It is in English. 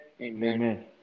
Amen